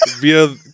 via